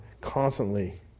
constantly